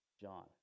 John